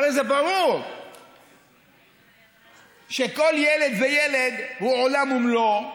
הרי זה ברור שכל ילד וילד הוא עולם ומלואו,